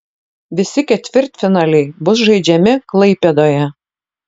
visi ketvirtfinaliai bus žaidžiami klaipėdoje